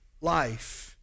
life